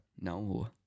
No